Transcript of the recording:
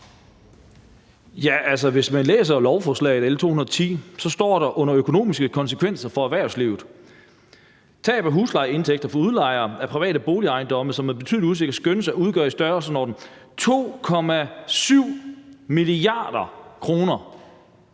hvis man læser lovforslag L 210, står der under »Økonomiske konsekvenser for erhvervslivet«: »Tab af huslejeindtægter for udlejere af private boligudlejningsejendomme, som med betydelig usikkerhed skønnes at udgøre i størrelsesordenen 2,7 mia. kr.